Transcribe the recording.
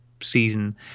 season